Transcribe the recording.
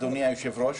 אדוני היושב-ראש.